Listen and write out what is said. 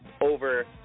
over